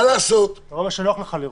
זה מה שנוח לך לראות.